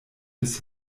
bis